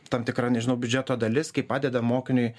tam tikra nežinau biudžeto dalis kai padeda mokiniui